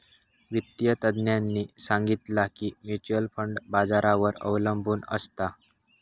वित्तिय तज्ञांनी सांगितला की म्युच्युअल फंड बाजारावर अबलंबून असता